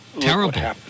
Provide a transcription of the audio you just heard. Terrible